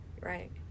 Right